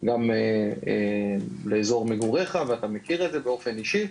גם לאזור מגוריך ואתה מכיר את זה באופן אישי,